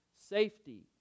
Safety